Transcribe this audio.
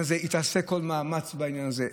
היא תעשה כל מאמץ בעניין הזה.